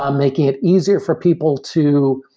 um making it easier for people to